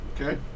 Okay